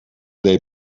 day